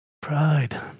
pride